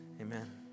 Amen